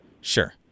Sure